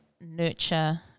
nurture